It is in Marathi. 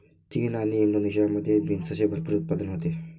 चीन आणि इंडोनेशियामध्ये बीन्सचे भरपूर उत्पादन होते